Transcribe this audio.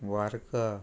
वार्का